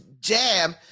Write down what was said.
jab